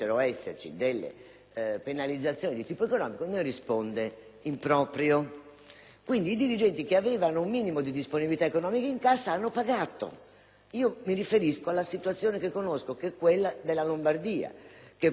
penalizzazioni di tipo economico ne risponde in proprio. I dirigenti che, quindi, avevano un minimo di disponibilità in cassa hanno pagato. Mi riferisco alla situazione che conosco, quella della Lombardia, che probabilmente,